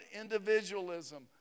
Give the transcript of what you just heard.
individualism